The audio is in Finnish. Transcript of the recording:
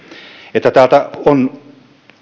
että täältä on